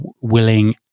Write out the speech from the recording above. willing